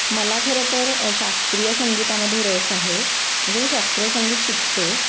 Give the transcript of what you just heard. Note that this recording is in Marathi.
मला खरंतर शास्त्रीय संगीतामध्ये रस आहे म्हणजे मी शास्त्रीय संगीत शिकते